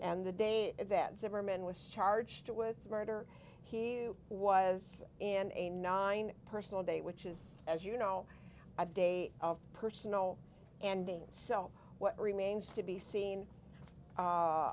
and the day that zimmerman was charged with murder he was in a nine personal day which is as you know a day of personal ending so what remains to be seen